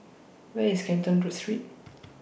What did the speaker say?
Where IS Canton Street